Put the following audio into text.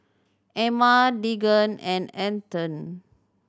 Emma Deegan and Antone